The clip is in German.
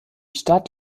stadt